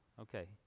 Okay